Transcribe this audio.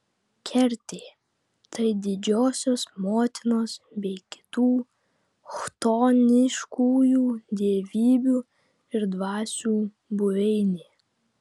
kertė tai didžiosios motinos bei kitų chtoniškųjų dievybių ir dvasių buveinė